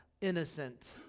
innocent